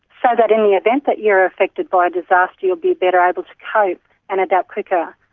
so that in the event that you are affected by disaster you will be better able to cope and adapt quicker,